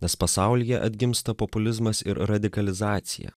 nes pasaulyje atgimsta populizmas ir radikalizacija